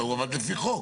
אתה, הוא עבד לפי חוק.